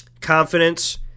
confidence